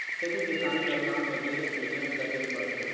खेती किसानी कर काम में ढेरेच मेहनत करे ले परथे